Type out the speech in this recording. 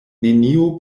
neniu